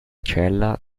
cella